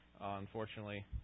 unfortunately